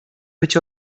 być